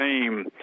name